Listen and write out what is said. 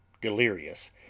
delirious